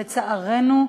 לצערנו,